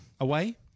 Away